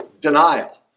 denial